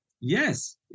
Yes